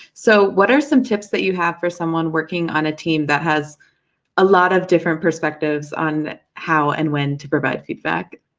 so what are come tips that you have for someone working on a team that has a lot of different perspectives on how and when to provide feedback?